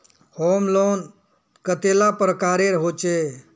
Home loan कतेला प्रकारेर होचे?